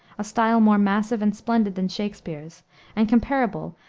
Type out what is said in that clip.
a style more massive and splendid than shakspere's, and comparable,